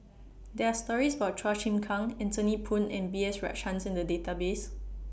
There Are stories about Chua Chim Kang Anthony Poon and B S Rajhans in The Database